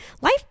Life